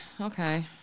okay